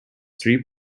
three